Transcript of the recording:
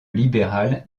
libéral